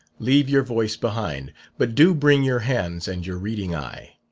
leave your voice behind but do bring your hands and your reading eye.